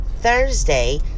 Thursday